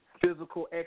Physical